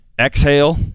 Exhale